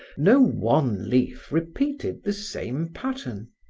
no one leaf repeated the same pattern.